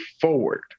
forward